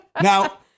Now